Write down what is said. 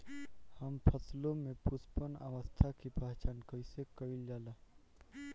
हम फसलों में पुष्पन अवस्था की पहचान कईसे कईल जाला?